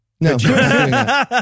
No